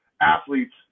athletes